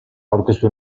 aurkeztu